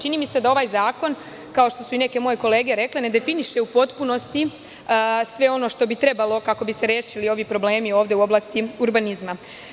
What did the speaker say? Čini mi se da ovaj zakon, kao što su i neke moje kolege rekle definiše u potpunosti sve ono što bi trebalo, kako bi se rešili ovi problemi ovde u oblasti urbanizma.